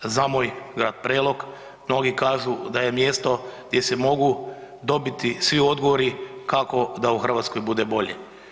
Za moj Grad Prelog mnogi kažu da je mjesto gdje se mogu dobiti svi odgovori kako da u Hrvatskoj bude bolje.